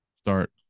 start